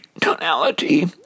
tonality